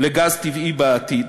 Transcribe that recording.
לגז טבעי בעתיד,